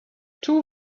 two